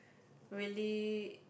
really